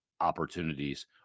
opportunities